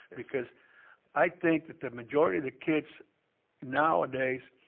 because i think that the majority of the kids nowadays